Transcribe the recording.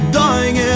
dying